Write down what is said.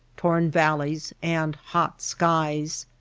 torn valleys, and hot skies.